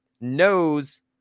knows